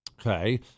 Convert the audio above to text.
Okay